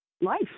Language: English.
life